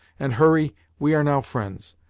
and, hurry, we are now friends,